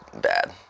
bad